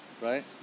right